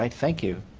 um thank you.